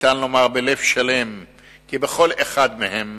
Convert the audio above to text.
אפשר לומר בלב שלם כי בכל אחד מהם